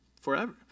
forever